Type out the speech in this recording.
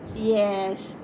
yes